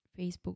Facebook